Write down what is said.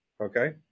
okay